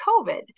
COVID